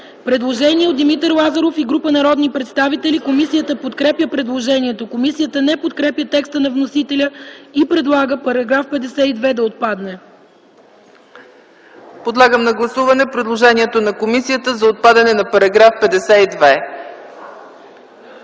предложение от Димитър Лазаров и група народни представители. Комисията подкрепя предложението. Комисията не подкрепя текста на вносителя и предлага § 58 да отпадне. ПРЕДСЕДАТЕЛ ЦЕЦКА ЦАЧЕВА: Гласуваме предложението на комисията за отпадане на § 58.